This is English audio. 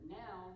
now